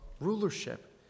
rulership